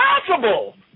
impossible